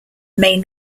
may